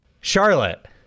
Charlotte